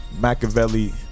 Machiavelli